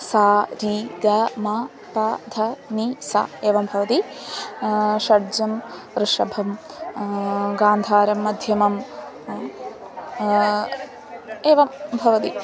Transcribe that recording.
सा री ग मा पा ध नि सा एवं भवति षड्जं वृषभं गान्धारम् मध्यमम् एवं भवति